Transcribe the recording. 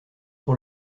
pour